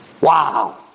Wow